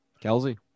Kelsey